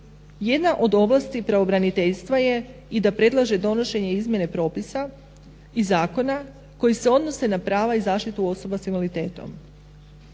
jedna od ovlasti pravobraniteljstva je i da predlaže donošenje izmjene propisa i zakona koji se odnose na prava i zaštitu osoba s invaliditetom.